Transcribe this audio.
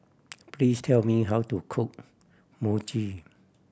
please tell me how to cook Mochi